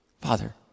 Father